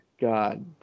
God